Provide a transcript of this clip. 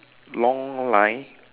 long line